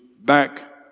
back